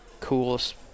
coolest